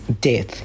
death